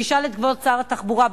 תשאל את כבוד שר התחבורה,